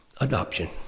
Adoption